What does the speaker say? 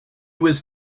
was